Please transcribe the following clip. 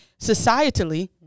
Societally